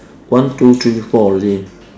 one two three four already